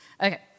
okay